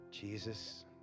Jesus